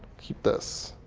keep this,